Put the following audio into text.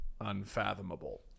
unfathomable